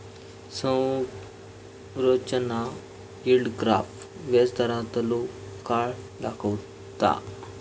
संरचना yield graph व्याजदारांतलो काळ दाखवता